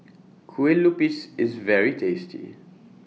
Kueh Lupis IS very tasty